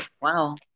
Wow